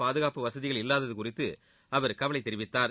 பாதுகாப்பு வசதிகள் இல்லாதது குறித்து அவர் கவலை தெரிவித்தார்